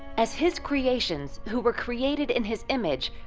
as his creations who were created in his image,